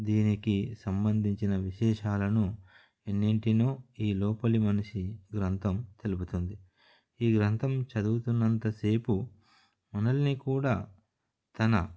దీనికి సంబంధించిన విశేషాలను ఎన్నింటినో ఈ లోపలి మనిషి గ్రంథం తెలుపుతుంది ఈ గ్రంథం చదువుతున్నంతసేపు మనల్ని కూడా తన